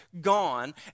gone